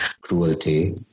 cruelty